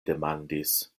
demandis